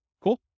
Cool